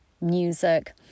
music